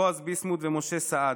בועז ביסמוט ומשה סעדה,